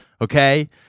okay